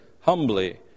humbly